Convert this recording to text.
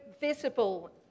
visible